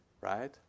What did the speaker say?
right